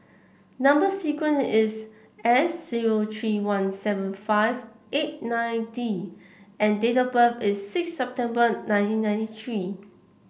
number sequence is S zero three one seven five eight nine D and date of birth is six September nineteen ninety three